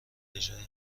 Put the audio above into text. اجرای